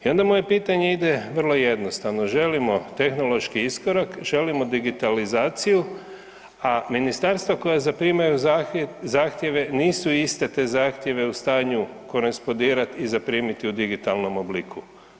I onda moje pitanje ide vrlo jednostavno, želimo tehnološki iskorak, želimo digitalizaciju, a ministarstva koja zaprimaju zahtjeva nisu te iste zahtjeve u stanju korespondirat i zaprimit u digitalnom obliku.